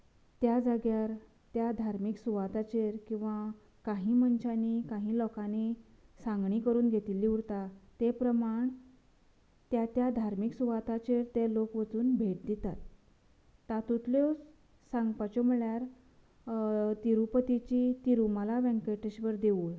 त्या जाग्यार त्या धार्मीक सुवाताचेर किंवा काही मनशांनी काही लोकांनी सांगणी करून घेतिल्ली उरता तें प्रमाण त्या त्या धार्मीक सुवातांचेर ते लोक वचून भेट दितात तातूंतल्योच सांगपाचे म्हळ्यार तिरुपतीचें तिरुमाला वेंकटेश्वर देवूळ